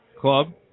club